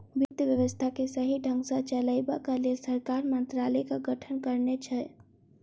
वित्त व्यवस्था के सही ढंग सॅ चलयबाक लेल सरकार मंत्रालयक गठन करने छै